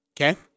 Okay